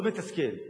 מתסכל.